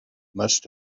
must